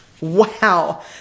Wow